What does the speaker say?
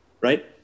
right